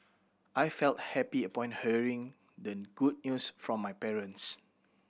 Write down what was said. I felt happy upon hearing the good news from my parents